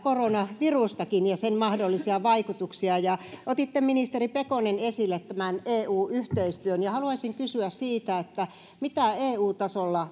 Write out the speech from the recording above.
koronavirustakin ja sen mahdollisia vaikutuksia otitte ministeri pekonen esille tämän eu yhteistyön ja haluaisin kysyä siitä mitä eu tasolla